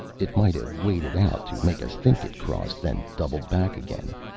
it might have waded out to make us think it crossed, then doubled back again.